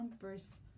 verse